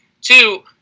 Two